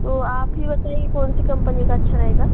तो आप ही बताइए कौन सी कम्पनी का अच्छा रहेगा